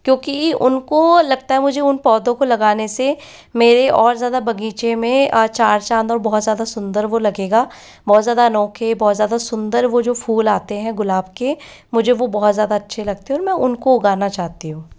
क्योंकि उनको लगता है मुझे उन पौधों को लगाने से मेरे और ज़्यादा बगीचे में चार चांद और बहुत ज़्यादा सुंदर वह लगेगा बहुत ज़्यादा अनोखे के बहुत ज़्यादा सुंदर वह जो फूल आते हैं गुलाब के मुझे वह बहुत ज़्यादा अच्छे लगते हैं और मैं उनको उगाना चाहती हूँ